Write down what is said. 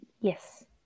Yes